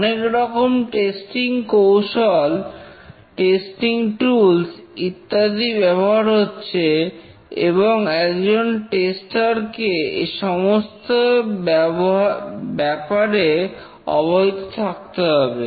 অনেক রকম টেস্টিং কৌশল টেস্টিং tools ইত্যাদি ব্যবহার হচ্ছে এবং একজন টেস্টার কে এ সমস্ত ব্যাপারে অবহিত থাকতে হবে